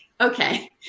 okay